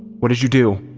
what did you do?